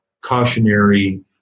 cautionary